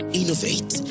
innovate